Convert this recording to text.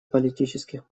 политических